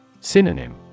Synonym